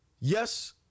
yes